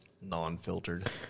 non-filtered